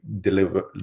deliver